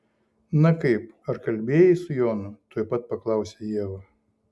na kaip ar kalbėjai su jonu tuoj pat paklausė ieva